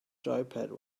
joypad